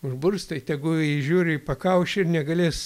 užburs tai tegu žiūri į pakaušį ir negalės